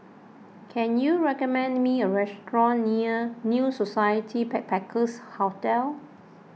can you recommend me a restaurant near New Society Backpackers' Hotel